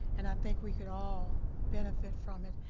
and i think we could all benefit from it.